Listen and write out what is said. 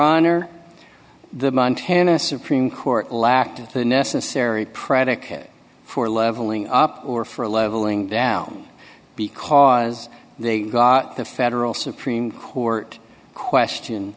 iran or the montana supreme court lacked the necessary predicate for leveling up or for a leveling down because they got the federal supreme court question